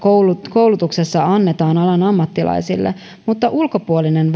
koulutuksessa annetaan alan ammattilaisille mutta ulkopuolisen